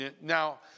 Now